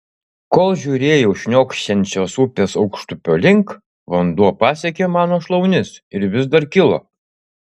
kol žiūrėjau šniokščiančios upės aukštupio link vanduo pasiekė mano šlaunis ir vis dar kilo